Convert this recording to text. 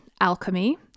Alchemy